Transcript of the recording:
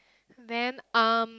then um